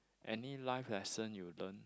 any life lesson you learn